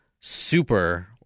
super